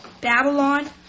Babylon